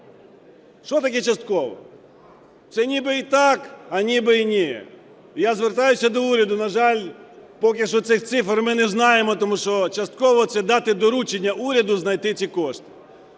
Що таке "частково"? Це ніби й так, а ніби й ні. Я звертаюся до уряду, на жаль, поки що цих цифр ми не знаємо. Тому що "частково" – це дати доручення уряду знайти ці кошти.